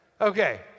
Okay